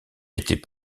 était